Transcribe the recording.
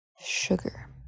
Sugar